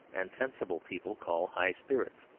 and sensible people call high spirits.